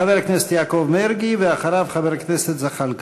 חבר הכנסת יעקב מרגי, ואחריו, חבר הכנסת זחאלקה.